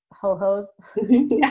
ho-hos